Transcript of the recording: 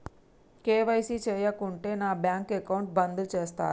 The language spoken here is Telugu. కే.వై.సీ చేయకుంటే నా బ్యాంక్ అకౌంట్ బంద్ చేస్తరా?